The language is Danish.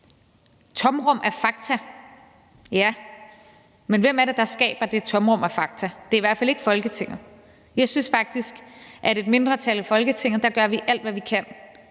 tomrum af fakta. Ja, men hvem er det, der skaber det tomrum af fakta? Det er i hvert fald ikke Folketinget. Jeg synes faktisk, at et mindretal i Folketinget gør alt, hvad vi kan,